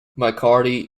mccarthy